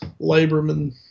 laborman